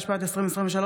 התשפ"ד 2023,